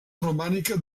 romànica